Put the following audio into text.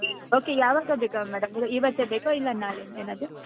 okay ಯಾವಾಗ ಬೇಕು madam ಇವತ್ತೇ ಬೇಕೋ ಇಲ್ಲ ನಾಳೆ ಏನಾದರು